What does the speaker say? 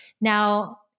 Now